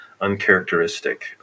uncharacteristic